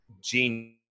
genius